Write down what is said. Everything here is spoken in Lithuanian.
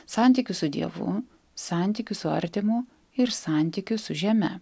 santykiu su dievu santykiu su artimu ir santykiu su žeme